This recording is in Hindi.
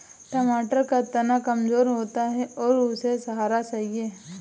टमाटर का तना कमजोर होता है और उसे सहारा चाहिए